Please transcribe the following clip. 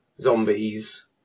zombies